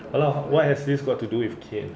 hello what has this got to do with cain